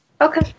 Okay